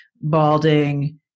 balding